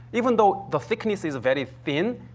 even though the thickness is very thin,